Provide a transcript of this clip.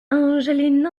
angeline